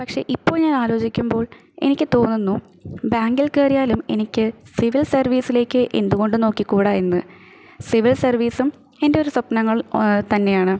പക്ഷെ ഇപ്പോൾ ഞാൻ ആലോചിക്കുമ്പോൾ എനിക്ക് തോന്നുന്നു ബാങ്കിൽ കയറിയാലും എനിക്ക് സിവിൽ സർവീസിലേക്ക് എന്ത് കൊണ്ട് നോക്കി കൂടെന്ന് സിവിൽ സർവീസും എൻ്റെ ഒരു സ്വപ്നങ്ങൾ തന്നെയാണ്